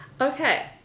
Okay